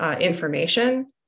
information